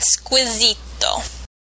squisito